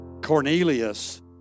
Cornelius